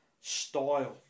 style